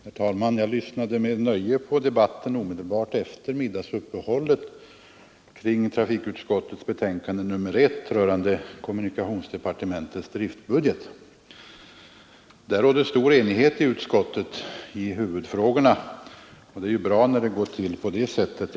Herr talman! Jag lyssnade med nöje på debatten omedelbart efter middagsuppehållet kring trafikutskottets betänkande nr 1 rörande kommunikationsdepartementets driftbudget. Då rådde stor enighet i utskottet i huvudfrågorna. Det är ju bra när det går till på det sättet.